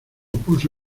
puso